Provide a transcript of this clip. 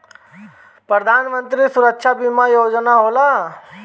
प्रधानमंत्री सुरक्षा बीमा योजना का होला?